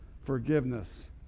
forgiveness